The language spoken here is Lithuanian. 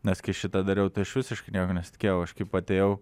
nes kai šitą dariau tai aš visiškai nieko nesitikėjau aš kaip atėjau